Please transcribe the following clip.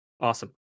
Awesome